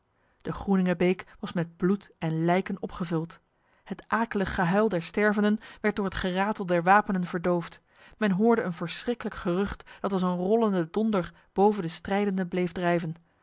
de groeningebeek was met bloed en lijken opgevuld het akelig gehuil der stervenden werd door het geratel der wapenen verdoofd men hoorde een verschriklijk gerucht dat als een rollende donder boven de strijdenden bleef drijven